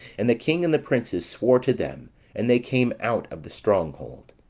and the king and the princes swore to them and they came out of the strong hold.